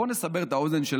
בואו נסבר את האוזן של